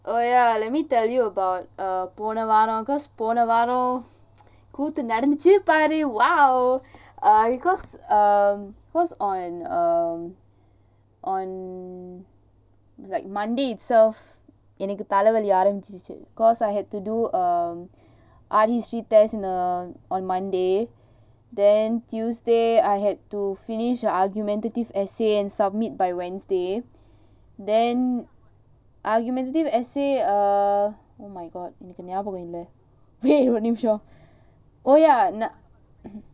oh ya let me tell you about uh போன வாரோம்:pona vaaroam because போன வாரோம் கூத்து நடந்திச்சீ பாரு:pona vaaroam kuthu nadanthichchee paaru !wow! err because um because on um on like monday itself எனக்கு தல வலி ஆரம்பிச்சிருச்சி:enaku thala vali arambichchirichi because I had to do a R_E_C test on monday then tuesday I had to finish a argumentative essay and submit by wednesday then argumentative essay err oh my god எனக்கு ஞாபகம் இல்ல:enakku yabagam illa eh இரு ஒரு நிமுஷம்:oru nimushom oh ya